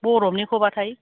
बरफनिखौ बाथाय